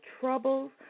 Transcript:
troubles